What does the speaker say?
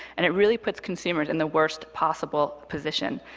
and it really puts consumers in the worst possible position.